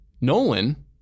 Nolan